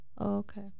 okay